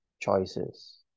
choices